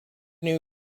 new